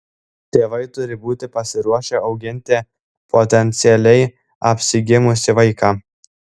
tėvai turi būti pasiruošę auginti potencialiai apsigimusį vaiką